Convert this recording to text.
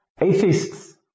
Atheists